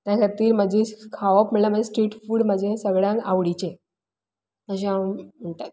त्या खातीर म्हजें खावप म्हणल्यार म्हजें स्ट्रीट फूड म्हजे सगळ्यान आवडीचे अशे हांव म्हणटात